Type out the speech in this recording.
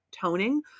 toning